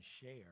share